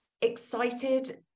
excited